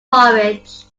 porridge